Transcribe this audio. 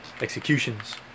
executions